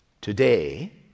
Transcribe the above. today